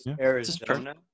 Arizona